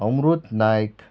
Amrut Naik